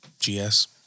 GS